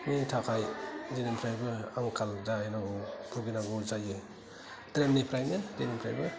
नि थाखाय जेनिफ्रायबो आंखाल जायैनांगौ भुगिनांगौ जायो ड्रेननिफ्रायनो ड्रेननिफ्रायबो